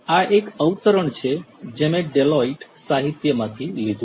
આ એક અવતરણ છે જે મેં ડેલોઇટ સાહિત્યમાંથી લીધું છે